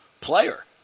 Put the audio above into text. player